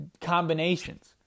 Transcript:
combinations